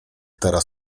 teraz